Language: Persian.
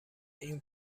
این